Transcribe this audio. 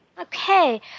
Okay